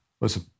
Listen